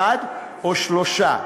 אחד או שלושה,